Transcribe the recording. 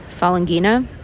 Falangina